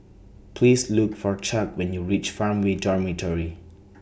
Please Look For Chuck when YOU REACH Farmway Dormitory